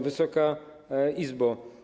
Wysoka Izbo!